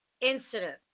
incident